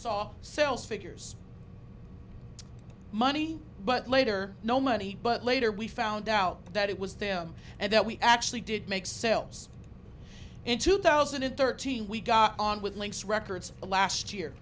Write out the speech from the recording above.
saw sales figures money but later no money but later we found out that it was them and that we actually did make sales in two thousand and thirteen we got on with lynx records last year